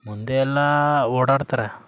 ಮುಂದೆ ಎಲ್ಲ ಓಡಾಡ್ತಾರೆ